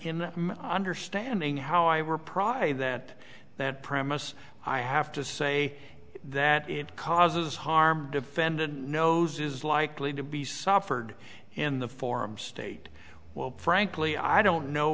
in understanding how i were praia that that premise i have to say that it causes harm defendant knows is likely to be suffered in the form state well frankly i don't know